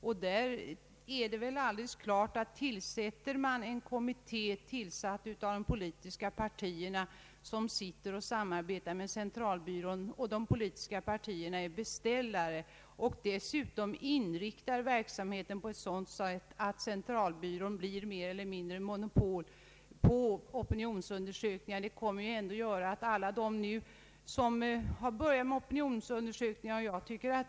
Det står väl alldeles klart att om man tillsätter en kom mitté, bestående av ledamöter från de olika politiska partierna, för att samarbeta med statistiska centralbyrån och de politiska partierna är beställare, och man dessutom inriktar verksamheten så att centralbyrån mer eller mindre får monopolställning i fråga om opinionsundersökningar, så kommer det att medföra, att alla andra som börjat göra opinionsundersökningar inte får några uppdrag.